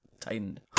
tightened